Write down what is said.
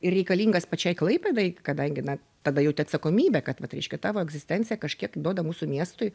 ir reikalingas pačiai klaipėdai kadangi na tada jauti atsakomybę kad vat reiškia tavo egzistencija kažkiek duoda mūsų miestui